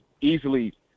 easily